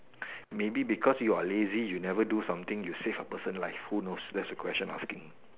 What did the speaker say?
maybe because you are lazy you never do something you save a person life who knows that is a question asking